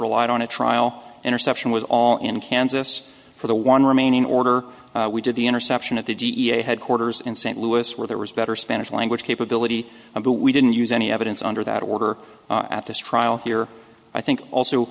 relied on a trial interception was all in kansas for the one remaining order we did the interception of the g e a headquarters in st louis where there was a better spanish language capability but we didn't use any evidence under that order at this trial here i think also